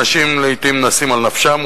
אנשים לעתים נסים על נפשם,